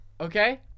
Okay